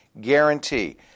guarantee